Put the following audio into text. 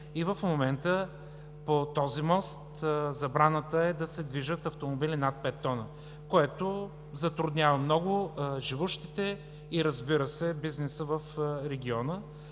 В момента по този мост е забранено да се движат автомобили над 5 тона, което затруднява много живущите и, разбира се, бизнеса в региона.